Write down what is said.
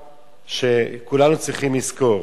כולנו צריכים לזכור